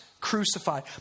crucified